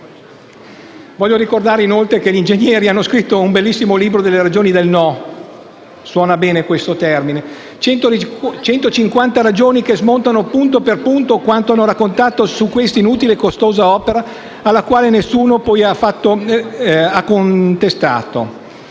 trasferimento modale. Gli ingegneri hanno scritto un bellissimo libro sulle ragioni del no, suona bene questo termine; 150 ragioni che smontano punto per punto quanto hanno raccontato su questa inutile e costosa opera, che nessuno ha poi contestato.